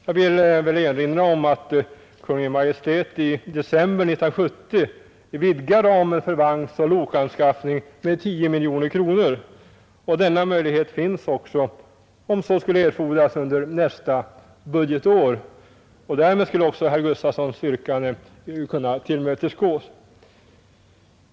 Jag vill erinra om att Kungl. Maj:t i december 1970 vidgade ramen för vagnsoch lokanskaffning med 10 miljoner kronor. Denna möjlighet finns om så skulle erfordras som sagt även under nästa budgetår. Därmed skulle också herr Gustafsons yrkande kunna tillmötesgås.